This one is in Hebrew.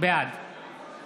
בעד